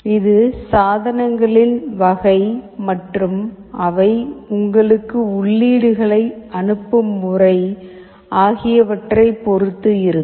இது சாதனங்களின் வகை மற்றும் அவை உங்களுக்கு உள்ளீடுகளை அனுப்பும் முறை ஆகியவற்றைப் பொறுத்தது இருக்கும்